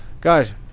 Guys